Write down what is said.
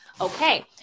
Okay